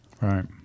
Right